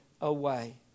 away